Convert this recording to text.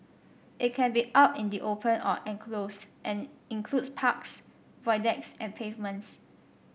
it can be out in the open or enclosed and includes parks Void Decks and pavements